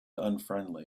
unfriendly